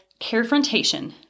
carefrontation